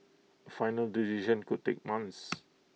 A final decision could take months